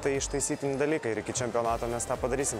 tai ištaisytini dalykai ir iki čempionato nes tą padarysim